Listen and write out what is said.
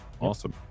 awesome